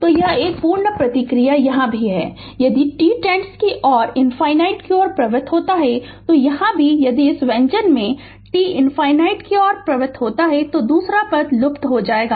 तो यह पूर्ण प्रतिक्रिया यहाँ भी है यदि t tends की ∞ ओर प्रवृत्त होता है यहाँ भी यदि इस व्यंजक में t ∞ की ओर प्रवृत्त होता है तो दूसरा पद लुप्त हो जाएगा